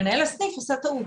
מנהל הסניף עשה טעות.